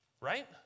right